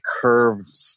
curved